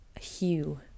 hue